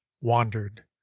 wandered